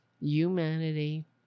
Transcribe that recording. humanity